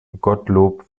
gottlob